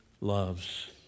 loves